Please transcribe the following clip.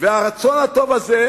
והרצון הטוב הזה,